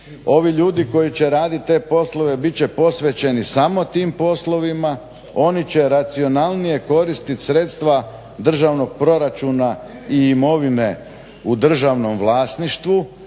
Ovi ljudi koji će raditi te poslove bit će posvećeni samo tim poslovima, oni će racionalnije koristiti sredstva državnog proračuna i imovine u državnom vlasništvu.